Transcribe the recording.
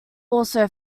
also